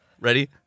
Ready